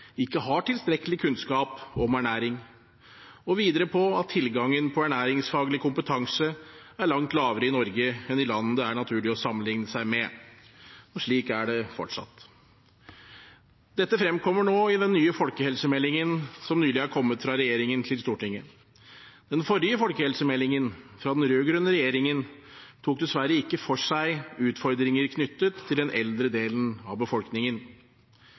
ikke har tilstrekkelig kunnskap om ernæring, og videre at tilgangen på ernæringsfaglig kompetanse er langt lavere i Norge enn i land det er naturlig å sammenligne seg med. Og slik er det fortsatt. Dette fremkommer nå i den nye folkehelsemeldingen som nylig er kommet fra regjeringen til Stortinget. Den forrige folkehelsemeldingen – fra den rød-grønne regjeringen – tok dessverre ikke for seg utfordringer knyttet til den eldre delen av befolkningen.